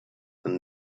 than